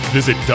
Visit